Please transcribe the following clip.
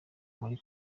kuri